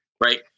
right